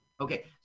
Okay